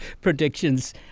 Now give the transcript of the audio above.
predictions